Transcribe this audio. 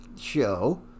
show